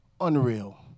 unreal